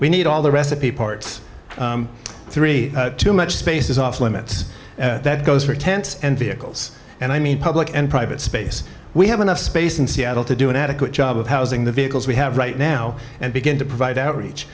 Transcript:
we need all the recipe parts three too much space is off limits that goes for tents and vehicles and i mean public and private space we have enough space in seattle to do an adequate job of housing the vehicles we have right now and begin to provide outreach